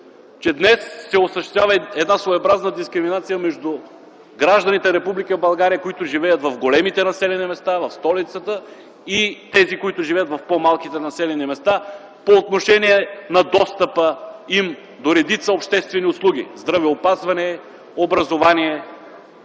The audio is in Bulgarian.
че днес се осъществява една своеобразна дискриминация между гражданите на Република България, които живеят в големите населени места, в столицата, и тези, които живеят в по-малките населени места, по отношение на достъпа им до редица обществени услуги – здравеопазване, образование,